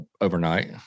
overnight